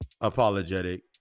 apologetic